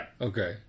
Okay